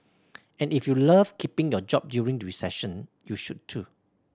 and if you love keeping your job during recession you should too